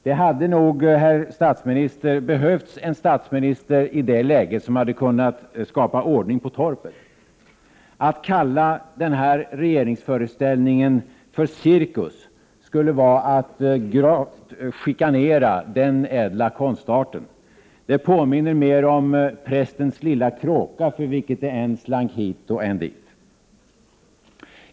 Det hade nog, herr statsminister, i det läget behövts en statsminister som hade kunnat skapa ordning på torpet. Att kalla denna regeringsföreställning för cirkus skulle vara att gravt chikanera denna ädla konstart. Det påminnner mera om prästens lilla kråka för vilken det än slank hit, än dit.